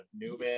Newman